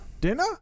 Dinner